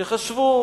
חשבו